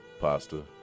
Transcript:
Pasta